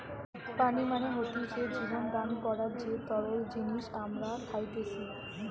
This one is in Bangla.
পানি মানে হতিছে জীবন দান করার যে তরল জিনিস আমরা খাইতেসি